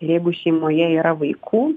jeigu šeimoje yra vaikų